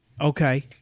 Okay